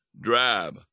drab